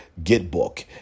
Gitbook